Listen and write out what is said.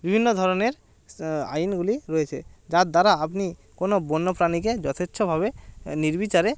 বিভিন্ন ধরনের আইনগুলি রয়েছে যার দ্বারা আপনি কোনো বন্যপ্রাণীকে যথেচ্ছভাবে নির্বিচারে